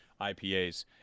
IPAs